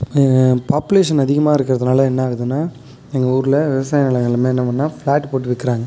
population அதிகமாக இருக்கிறதுனால என்னாகுதுன்னா எங்கள் ஊர்ல விவசாய நிலம் எல்லாமே என்ன பண்ணா ஃப்ளாட் போட்டு விற்கிறாங்க